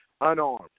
unarmed